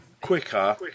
quicker